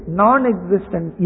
non-existent